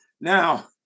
Now